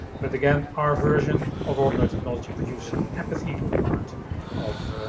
but again, our version of organoid technology produces the epithelial part of.